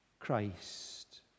Christ